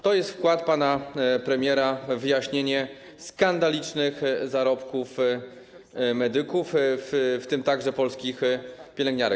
To jest wkład pana premiera w wyjaśnienie skandalicznych zarobków medyków, w tym także polskich pielęgniarek.